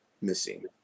Missing